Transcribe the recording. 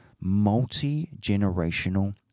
multi-generational